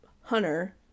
Hunter